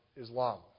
Islam